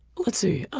let's see,